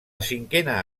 cinquena